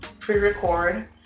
pre-record